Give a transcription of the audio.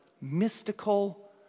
mystical